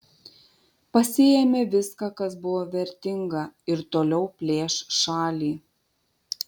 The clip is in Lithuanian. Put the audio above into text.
pasiėmė viską kas buvo vertinga ir toliau plėš šalį